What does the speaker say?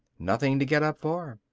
nothing to get up for.